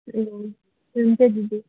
ए हुन्छ दिदी